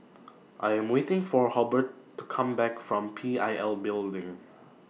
I Am waiting For Hobert to Come Back from PIL Building